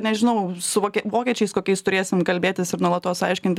nežinau su vokie vokiečiais kokiais turėsim kalbėtis ir nuolatos aiškinti